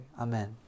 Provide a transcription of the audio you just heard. amen